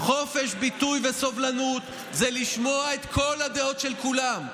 חופש ביטוי וסובלנות זה לשמוע את כל הדעות של כולם.